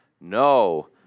No